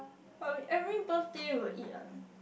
but we every birthday we will eat one